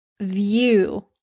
view